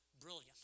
brilliant